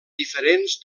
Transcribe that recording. diferents